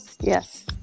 Yes